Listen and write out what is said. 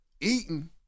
eating